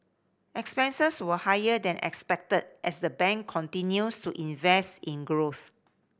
expenses were higher than expected as the bank continues to invest in growth